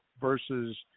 versus